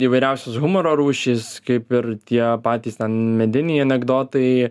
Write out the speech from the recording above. įvairiausios humoro rūšys kaip ir tie patys mediniai anekdotai